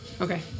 Okay